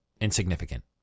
Insignificant